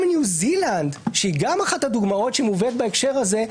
ניו זילנד היא אחת הדוגמאות שמובאת בהקשר הזה,